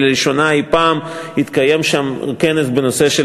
לראשונה אי-פעם התקיים שם כנס בנושא של